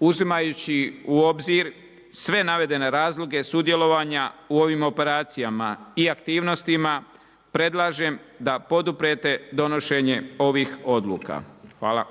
uzimajući u obzir sve navedene razloge sudjelovanja u ovim operacijama i aktivnostima predlažem da poduprete donošenje ovih odluka. Hvala.